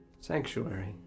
Sanctuary